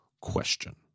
question